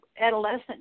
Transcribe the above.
adolescent